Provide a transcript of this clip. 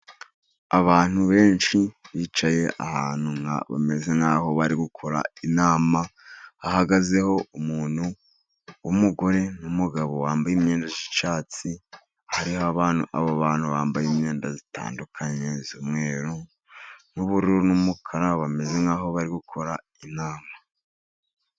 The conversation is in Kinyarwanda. Abantu benshi bicaye ahantu, bameze nk'aho bari gukora inama, hahagazeho umuntu w'umugore n'umugabo wambaye imyenda y'icyatsi, hariho abantu bambaye imyenda itandukanye, iy'umweru n'ubururu n'umukara, bameze nk'aho bari gukora inama.